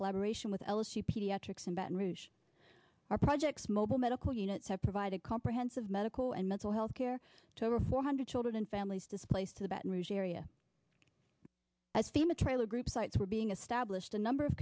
collaboration with l s d pediatrics in baton rouge our projects mobile medical units have provided comprehensive medical and mental health care to over four hundred children in families displaced to the baton rouge area as team a trailer group sites were being established a number of